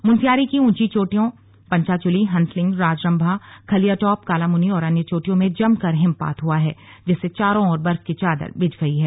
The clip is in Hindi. मुनस्यारी की ऊंची चोटियों पंचाचूली हंसलिंग राजरंभा खलियाटॉप कालामुनि और अन्य चोटियों में जमकर हिमपात हुआ है जिससे चारों ओर बर्फ की चादर बिछ गई है